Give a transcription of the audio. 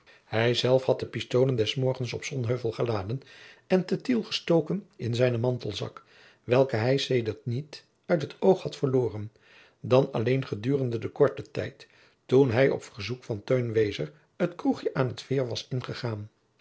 hij zelf had de pistoolen des morgens op sonheuvel geladen en te tiel gestoken in zijnen mantelzak welken hij sedert niet uit het oog had verloren dan alleen gedurende den korten tijd toen hij op verzoek jacob van lennep de pleegzoon van teun wezer het kroegje aan het veer was ingegaan